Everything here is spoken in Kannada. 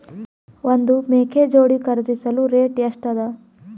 ಒಂದ್ ಮೇಕೆ ಜೋಡಿ ಖರಿದಿಸಲು ರೇಟ್ ಎಷ್ಟ ಅದ?